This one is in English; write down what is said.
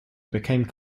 became